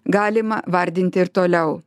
galima vardinti ir toliau